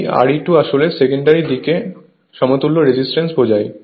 এই Re2 আসলে secondary দিকে সমতুল্য রেজিস্ট্যান্স বোঝায়